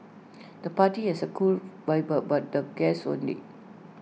the party has A cool vibe but the guests only